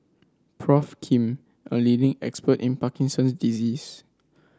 Prof Kim a leading expert in Parkinson's disease